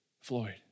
Floyd